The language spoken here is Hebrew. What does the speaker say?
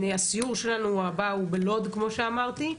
הסיור שלנו הבא הוא בלוד כמו שאמרתי,